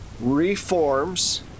reforms